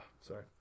Sorry